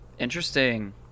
Interesting